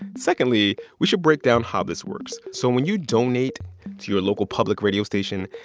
secondly, we should break down how this works. so when you donate to your local public radio station,